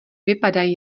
vypadají